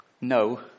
no